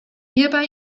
hierbei